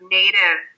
native